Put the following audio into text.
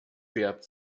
wert